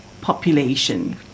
population